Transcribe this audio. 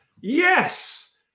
Yes